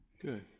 Good